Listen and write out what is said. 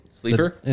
Sleeper